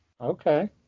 Okay